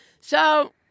So-